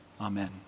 Amen